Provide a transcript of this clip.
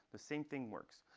the same thing works.